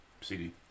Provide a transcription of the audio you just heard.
CD